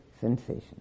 sensation